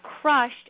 crushed